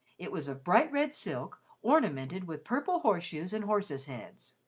it was of bright red silk ornamented with purple horseshoes and horses' heads.